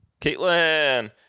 Caitlin